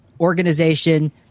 organization